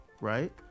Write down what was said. right